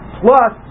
plus